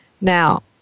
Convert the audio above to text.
Now